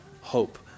hope